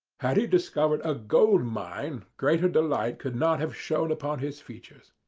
had he discovered a gold mine, greater delight could not have shone upon his features.